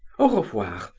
au revoir!